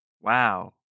Wow